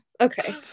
okay